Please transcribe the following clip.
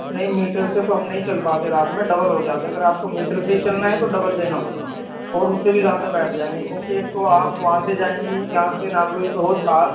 نہیں میٹر سے تو ہم نہیں چل پاتے رات میں ڈبل ہو جاتا ہے اگر آپ کو میٹر سے ہی چلنا ہے تو ڈبل دینا ہوگا اور اس سے بھی زیادہ بیٹھ جائیں گے کیوںکہ ایک تو آپ وہاں سے جائیں گی یہاں سے ناگلوئی سے حوض خاص